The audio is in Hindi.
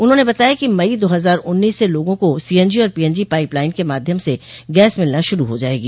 उन्होंने बताया कि मई दो हजार उन्नीस से लोगों को सीएनजी और पीएनजी पाइप लाइन के माध्यम से गैस मिलना शुरू हो जायेगी